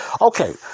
Okay